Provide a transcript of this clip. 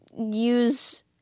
use